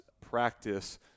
practice